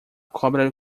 cobra